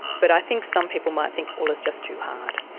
but i think some people might think, well, it's just too hard.